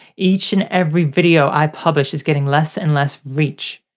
each and every video i publish is getting less and less reach.